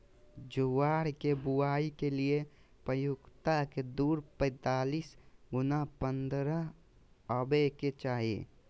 ज्वार के बुआई के लिए पंक्तिया के दूरी पैतालीस गुना पन्द्रह हॉवे के चाही